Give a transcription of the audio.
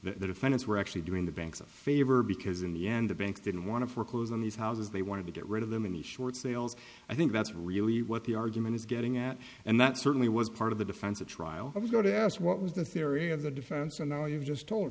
the defendants were actually doing the banks a favor because in the end the banks didn't want to foreclose on these houses they wanted to get rid of them in the short sales i think that's really what the argument is getting at and that certainly was part of the defense at trial was go to ask what was the theory of the defense and now you've just told